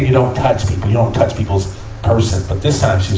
you know touch people, you don't touch people's person. but this time,